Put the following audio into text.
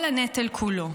כל הנטל כולו: